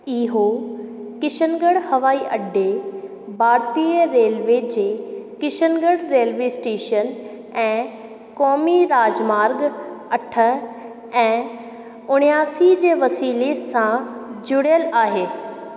इहो किशनगढ़ हवाई अॾे भारतीय रेलवे जे किशनगढ़ रेलवे स्टेशन ऐं क़ौमी राजमार्ग अठ ऐं उणियासी जे वसीले सां जुड़ियलु आहे